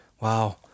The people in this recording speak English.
Wow